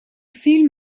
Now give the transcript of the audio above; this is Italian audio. film